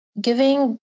giving